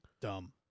Dumb